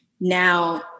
now